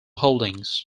holdings